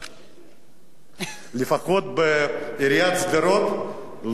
לפחות בעיריית שדרות לא היו עושים טעויות כאלה.